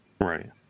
Right